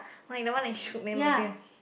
like the one that shoot name appear